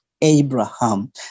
Abraham